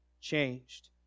changed